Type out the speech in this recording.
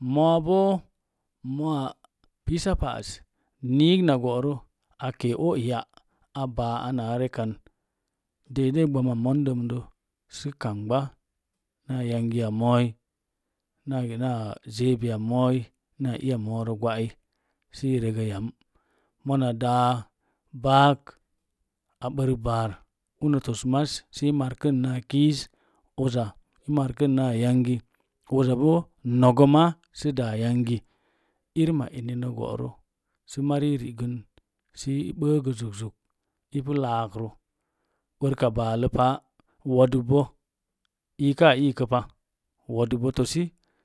Moobo moa pisa pa az niig na bo'rə akee o’ ya abaa daidai ɓama mon dəmrə sə kamɓa naa yangi mooi naa zeebia a mooi na kia woorə gwa'ai mona daa baak a bərək baar unə tos mas sə i markən na kiiz uza i markən naa yangi uza nogə ma sə daa yangi irinma enini bo'rə sə mari rigə səi ɓəgə zuk zuk ipu laakrə ɓərka ballə paa wodubbo iika iikə pa wodəbbə tosi